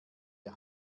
ihr